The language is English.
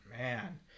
man